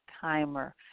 Timer